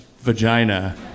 vagina